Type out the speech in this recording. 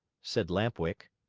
said lamp-wick.